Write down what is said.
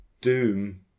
Doom